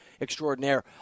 Extraordinaire